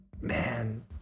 man